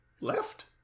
left